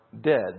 dead